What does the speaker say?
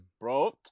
bro